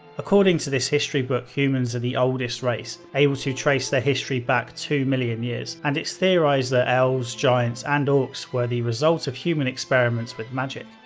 according to this history book, humans are the oldest race, able to trace their history back two million years, and it's theorized that elves, giants, and orcs were a result of human experiments with magick.